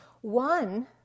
One